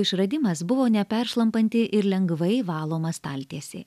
išradimas buvo neperšlampanti ir lengvai valoma staltiesė